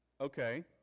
Okay